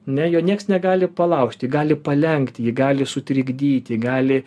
ne jo nieks negali palaužti gali palenkti jį gali sutrikdyti gali